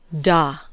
Da